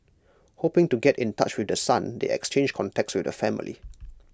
hoping to get in touch with the son they exchanged contacts with the family